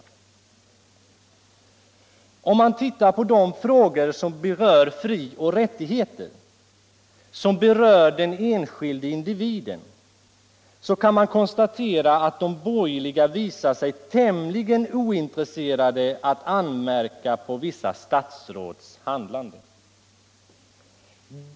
Om man tittar på de frågor som berör den enskilde individens frioch rättigheter, kan man konstatera att de borgerliga visar sig tämligen ointresserade av att anmärka på vissa statsråds handlande.